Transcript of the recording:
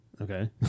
Okay